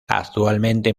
actualmente